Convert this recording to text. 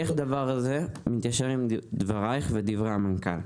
איך הדבר הזה מתיישר עם דברייך ודברי המנכ"ל?